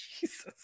Jesus